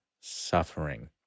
suffering